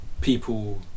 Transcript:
people